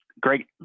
Great